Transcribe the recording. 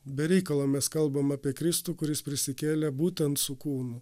be reikalo mes kalbam apie kristų kuris prisikėlė būtent su kūnu